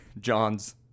John's